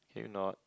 can you not